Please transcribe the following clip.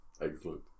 Excellent